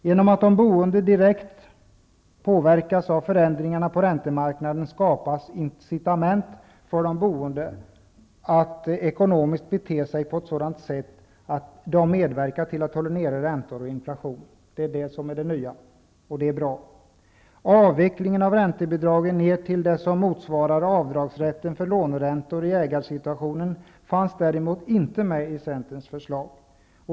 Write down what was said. Genom att de boende direkt påverkas av förändringarna på räntemarknaden, skapas incitament för de boende att ekonomiskt bete sig på ett sådant sätt att de medverkar till att hålla nere räntor och inflation. Det är detta som är nytt, och det är bra. Avvecklingen av räntebidragen till det som motsvarar avdragsrätten för låneräntor i ägarsituationen fanns däremot inte med i Centerns förslag.